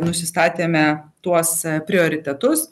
nusistatėme tuos prioritetus